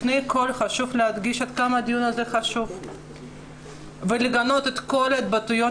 לפני הכול חשוב להדגיש עד כמה הדיון הזה חשוב ולגנות את כל ההתבטאויות